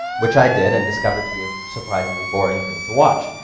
which i did and discovered to be a surprisingly boring thing to watch.